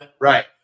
right